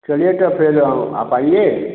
चलिए तो फिर आप आइए